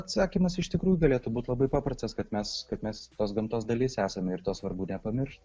atsakymas iš tikrųjų galėtų būt labai paprastas kad mes kad mes tos gamtos dalis esame ir to svarbu nepamiršt